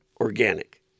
organic